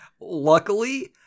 Luckily